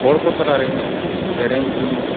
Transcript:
ᱦᱚᱲ ᱠᱚ ᱛᱟᱞᱟᱨᱮ ᱥᱮᱨᱮᱧ ᱦᱩᱧ